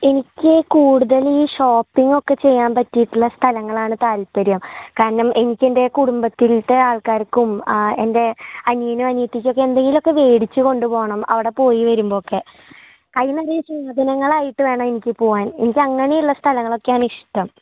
എനിക്ക് കൂടുതൽ ഈ ഷോപ്പിങ്ങ് ഒക്കെ ചെയ്യാൻ പറ്റിയിട്ടുള്ള സ്ഥലങ്ങളാണ് താൽപ്പര്യം കാരണം എനിക്കെൻ്റെ കുടുംബത്തിൽത്തെ ആൾക്കാർക്കും എൻ്റെ അനിയനും അനിയത്തിക്കൊക്കെ എന്തെങ്കിലുമൊക്കെ മേടിച്ച് കൊണ്ട് പോവണം അവിടെ പോയി വരുമ്പോൾ ഒക്കെ കൈ നിറയെ സാധനങ്ങളായിട്ട് വേണം എനിക്ക് പോവാൻ എനിക്ക് അങ്ങനെയുള്ള സ്ഥലങ്ങളൊക്കെയാണിഷ്ടം